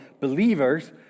believers